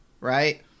right